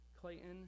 Clayton